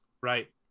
Right